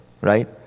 right